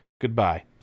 Goodbye